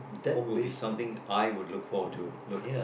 that would be something I would look forward to look